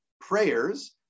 prayers